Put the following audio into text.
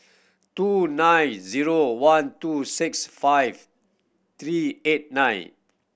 two nine zero one two six five three eight nine